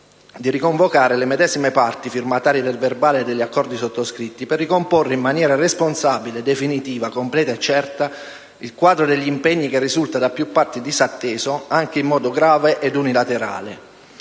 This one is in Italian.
di riconvocare le medesime parti firmatarie del verbale degli accordi sottoscritti, per ricomporre in maniera responsabile, definitiva, completa e certa il quadro degli impegni che risulta da più parti disatteso, anche in modo grave e unilaterale,